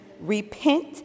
repent